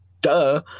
Duh